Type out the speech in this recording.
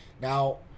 now